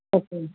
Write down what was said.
okay